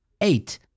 Eight